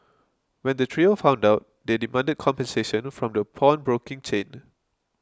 when the trio found out they demanded compensation from the pawnbroking chain